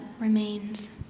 remains